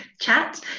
chat